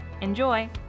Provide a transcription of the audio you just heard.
Enjoy